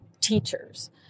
teachers